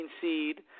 seed